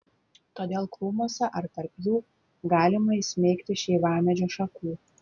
todėl krūmuose ar tarp jų galima įsmeigti šeivamedžio šakų